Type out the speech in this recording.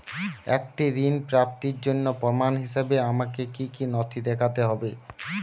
একটি ঋণ প্রাপ্তির জন্য প্রমাণ হিসাবে আমাকে কী কী নথি দেখাতে হবে?